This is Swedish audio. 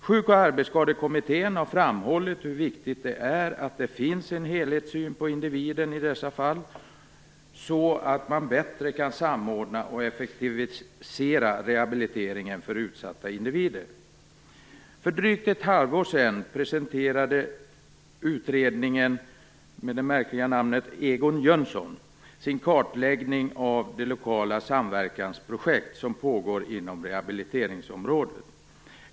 Sjuk och arbetsskadekommittén har framhållit hur viktigt det är att det finns en helhetssyn på individen i dessa fall, så att man bättre kan samordna och effektivisera rehabilteringen för utsatta individer. För drygt ett halvår sedan presenterade utredningen med det märkliga namnet Egon Jönsson sin kartläggning av de lokala samverkansprojekt som pågår inom rehabiliteringsområdet.